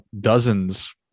dozens